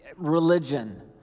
religion